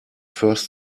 first